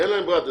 אין להם ברירה.